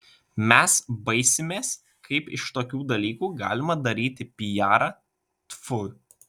mes baisimės kaip iš tokių dalykų galima daryti pijarą tfu